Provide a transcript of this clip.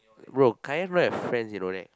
bro Kai-Yan don't have friends you know right